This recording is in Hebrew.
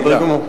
בסדר גמור.